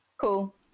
Cool